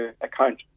account